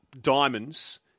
Diamonds